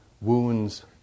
Wounds